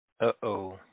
uh-oh